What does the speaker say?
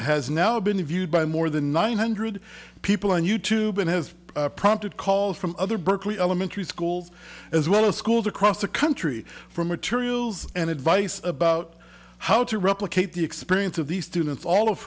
has now been viewed by more than nine hundred people on you tube and has prompted calls from other berkeley elementary schools as well as schools across the country for materials and advice about how to replicate the experience of the students all of